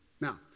Now